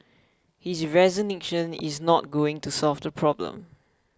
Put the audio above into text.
his resignation is not going to solve the problem